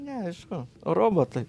neaišku robotai